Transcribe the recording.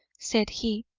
said he,